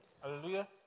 Hallelujah